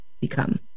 become